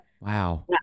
Wow